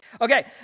Okay